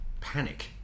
Panic